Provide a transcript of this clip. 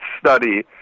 study